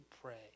pray